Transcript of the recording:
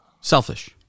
selfish